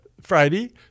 Friday